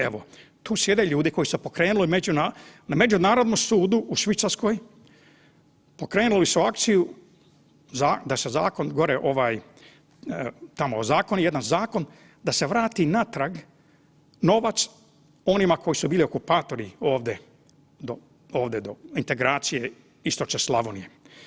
Evo tu sjede ljudi koji su pokrenuli na Međunarodnom sudu u Švicarskoj pokrenuli su akciju da se tamo ozakoni jedan zakon da se vrati natrag novac onima koji su bili okupatori ovdje do integracije Istočne Slavonije.